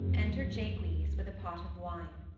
enter jaques with a pot of wine.